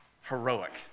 heroic